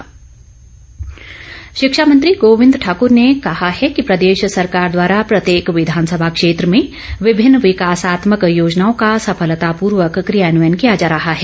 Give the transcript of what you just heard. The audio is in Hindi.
गोविंद शिक्षामंत्री गोविंद ठाकूर ने कहा है कि प्रदेश सरकार द्वारा प्रत्येक विघानसभा क्षेत्र में विभिन्न विकासात्मक योजनाओं का सफलतापूर्वक क्रियान्वयन किया जा रहा है